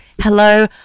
Hello